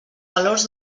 valors